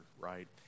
right